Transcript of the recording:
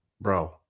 bro